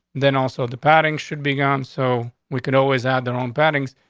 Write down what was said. then also, the padding should be gone so we could always add their own patterns.